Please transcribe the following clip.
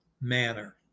manner